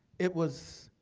it was